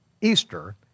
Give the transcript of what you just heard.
Easter